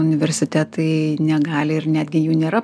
universitetai negali ir netgi jų nėra